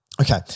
Okay